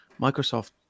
Microsoft